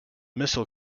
missile